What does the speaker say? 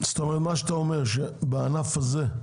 אתה אומר שבענף הזה,